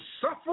suffer